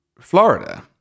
Florida